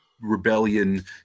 rebellion